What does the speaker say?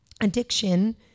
addiction